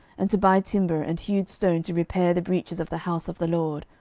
and to buy timber and hewed stone to repair the breaches of the house of the lord,